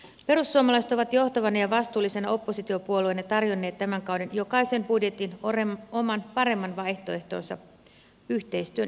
perussuomalaiset on johtavana ja vastuullisena oppositiopuolueena tarjonnut tämän kauden jokaiseen budjettiin oman paremman vaihtoehtonsa yhteistyön hengessä